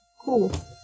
Cool